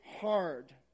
hard